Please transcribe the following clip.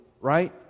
right